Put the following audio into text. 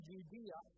Judea